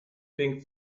pink